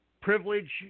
privilege